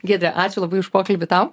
giedre ačiū labai už pokalbį tau